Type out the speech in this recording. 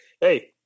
Hey